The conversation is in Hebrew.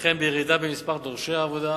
וכן בירידה במספר דורשי העבודה.